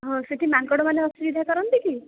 ହଁ ସେଠି ମଙ୍କଡ଼ମାନେ ଅସୁବିଧା କରନ୍ତି କି